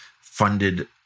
funded